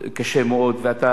ואתה מכיר מקרוב,